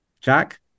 Jack